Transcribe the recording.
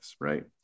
right